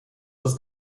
das